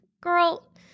girl